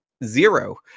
Zero